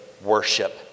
worship